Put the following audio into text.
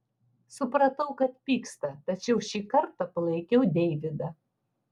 supratau kad pyksta tačiau šį kartą palaikiau deividą